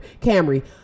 Camry